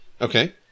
Okay